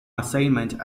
assignment